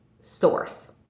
source